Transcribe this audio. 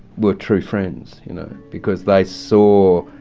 were true friends you know because they saw